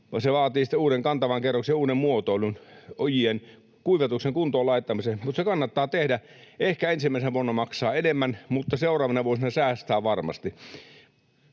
Se vaatii sitten uuden kantavan kerroksen, uuden muotoilun, ojien kuivatuksen kuntoon laittamiseen, mutta se kannattaa tehdä. Ehkä ensimmäisenä vuonna maksaa enemmän, mutta seuraavina vuosina säästää varmasti.